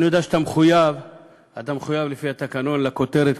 אני יודע שאתה מחויב לפי התקנון לכותרת,